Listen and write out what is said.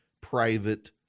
private